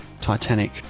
Titanic